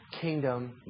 kingdom